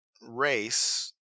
race